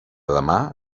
demà